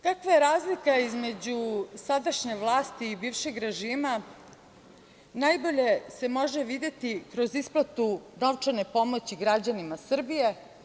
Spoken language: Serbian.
Kakva je razlika između sadašnje vlasti i bivšeg režima najbolje se može videti kroz isplatu novčane pomoći građanima Srbije.